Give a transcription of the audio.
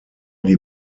die